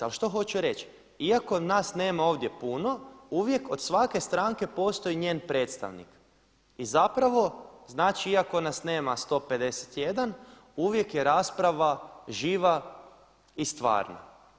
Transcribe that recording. Ali što hoću reći, iako nas nema ovdje puno uvijek od svake stranke postoji njen predstavnik i zapravo znači iako nas nema 151 uvijek je rasprava živa i stvarna.